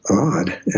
odd